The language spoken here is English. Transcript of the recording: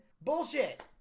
bullshit